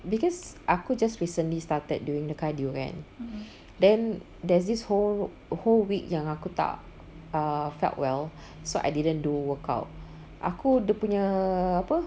because aku just recently started doing the cardio kan then there's this whole whole week yang aku tak err felt well so I didn't do workout aku dia punya apa